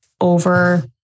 over